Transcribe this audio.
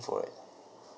for it